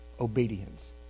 obedience